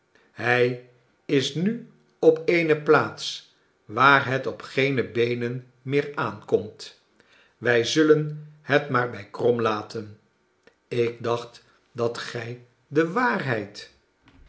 hij is nu op eene plaats waar het op geene beenen meer aankomt wij zullen het maar bij krom laten ik dacht dat gij de waarheid